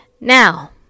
now